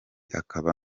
akaba